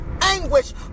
anguish